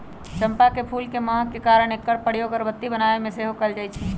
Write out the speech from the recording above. चंपा के फूल के महक के कारणे एकर प्रयोग अगरबत्ती बनाबे में सेहो कएल जाइ छइ